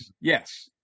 Yes